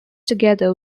together